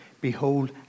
Behold